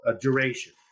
duration